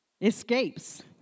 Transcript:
Escapes